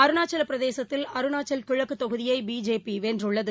அருணாச்சவபிரதேசத்தில் Arunachal கிழக்குதொகுதியைபிஜேபிவென்றுள்ளது